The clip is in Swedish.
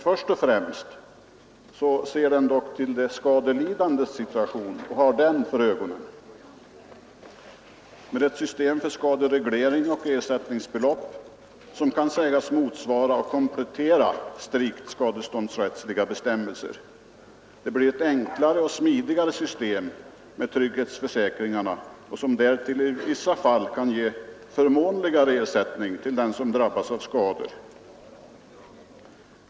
Först och främst ser den dock till de skadelidandes situation, och systemet för skadereglering och ersättningsbelopp kan sägas motsvara och komplettera strikt skadeståndsrättsliga bestämmelser. Trygghetsförsäkringarna innebär ett enklare och smidigare system, som därtill i vissa fall kan ge förmånligare ersättning till den som drabbas av skador.